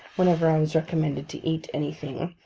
whenever i was recommended to eat anything,